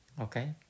Okay